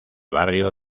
barrio